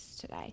today